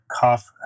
cuff